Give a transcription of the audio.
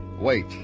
Wait